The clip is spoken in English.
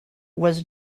was